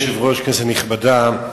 אדוני היושב-ראש, כנסת נכבדה,